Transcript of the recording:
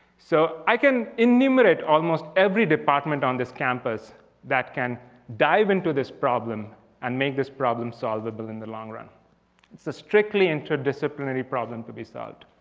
so i can enumerate almost every department on this campus that can dive into this problem and make this problem solvable in the long run. it's a strictly interdisciplinary problem to be solved.